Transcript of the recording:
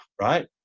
right